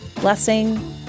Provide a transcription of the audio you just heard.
Blessing